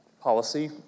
policy